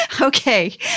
Okay